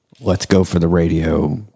let's-go-for-the-radio